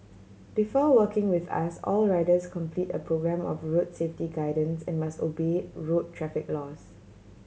before working with us all riders complete a programme of road safety guidance and must obey road traffic laws